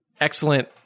excellent